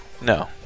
No